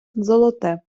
золоте